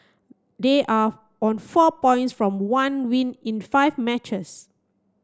they are on four points from one win in five matches